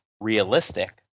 realistic